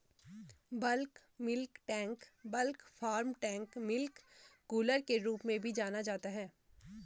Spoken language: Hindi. bulk milk tank bulk farm tank milk cooler के रूप में भी जाना जाता है,